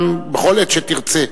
גם בכל עת שתרצה.